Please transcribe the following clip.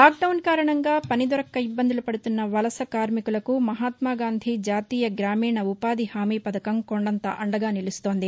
lockdown కారణంగా పని దొరక్క ఇబ్బందులు పడుతున్న వలస కార్మికులకు మహాత్మా గాంధీ జాతీయ గ్రామీణ ఉపాధి హామీ పథకం కొండంత అండగా నిలుస్తోంది